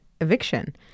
eviction